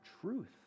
truth